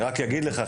אני רק אגיד לך,